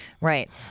right